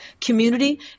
community